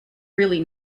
really